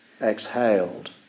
exhaled